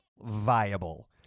viable